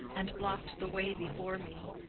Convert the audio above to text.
and blocked the way before me,